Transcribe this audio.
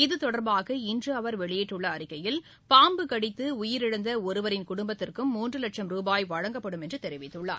இது தொடர்பாக இன்று அவர் வெளியிட்டுள்ள அறிக்கையில் பாம்பு கடித்து உயிரிழந்த ஒருவரின் குடும்பத்திற்கும் மூன்று லட்சம் ரூபாய் வழங்கப்படும் என்று தெரிவித்துள்ளார்